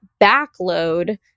backload